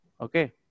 okay